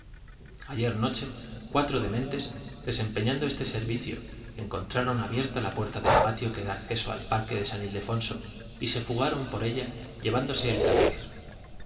ayer noche cuatro dementes desempeñando este servicio encontraron abierta la puerta del patio que da acceso al parque de san ildefonso y se fugaron por ella lle vándose el cadáver